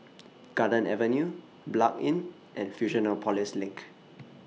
Garden Avenue Blanc Inn and Fusionopolis LINK